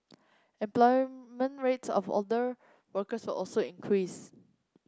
employment rates of older workers also increase